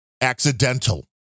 accidental